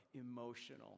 emotional